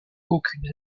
aucune